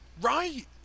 Right